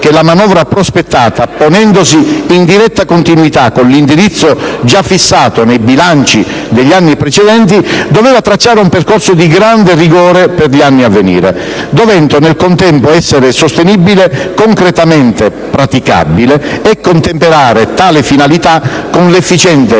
la manovra prospettata, ponendosi in diretta continuità con l'indirizzo già fissato nei bilanci degli anni precedenti, doveva tracciare un percorso di grande rigore per gli anni a venire, dovendo al contempo essere sostenibile, concretamente praticabile, e contemperare tale finalità con l'efficiente